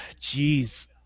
Jeez